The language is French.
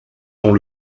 dont